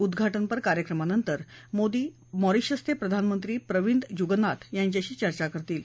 उद्वाटनपर कार्यक्रमानंतर मोदी मॉरिशसचे प्रधानमंत्री प्रविंद जुगनाथ यांच्याशी चर्चा करतील